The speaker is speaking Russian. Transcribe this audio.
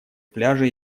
пляжа